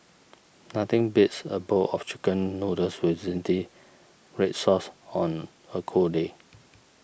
nothing beats a bowl of Chicken Noodles with Zingy Red Sauce on a cold day